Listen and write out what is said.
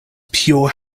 pure